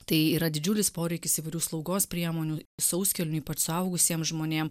tai yra didžiulis poreikis įvairių slaugos priemonių sauskelnių ypač suaugusiem žmonėm